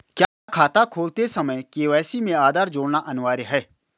क्या खाता खोलते समय के.वाई.सी में आधार जोड़ना अनिवार्य है?